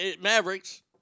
Mavericks